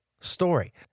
story